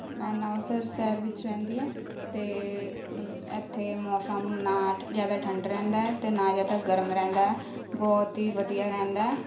ਮੈਂ ਨਵਾਂ ਸ਼ਹਿਰ ਸ਼ਹਿਰ ਵਿੱਚ ਰਹਿੰਦੀ ਹਾਂ ਅਤੇ ਮੰ ਇੱਥੇ ਮੌਸਮ ਨਾ ਠ ਜ਼ਿਆਦਾ ਠੰਡਾ ਰਹਿੰਦਾ ਹੈ ਅਤੇ ਨਾ ਜ਼ਿਆਦਾ ਗਰਮ ਰਹਿੰਦਾ ਹੈ ਬਹੁਤ ਹੀ ਵਧੀਆ ਰਹਿੰਦਾ ਹੈ